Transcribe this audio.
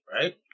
right